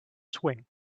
swing